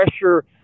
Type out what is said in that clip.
pressure